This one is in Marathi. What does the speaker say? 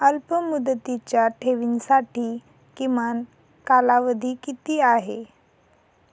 अल्पमुदतीच्या ठेवींसाठी किमान कालावधी किती आहे?